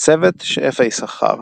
צוות "שפע יששכר"